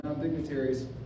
Dignitaries